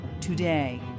today